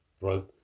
right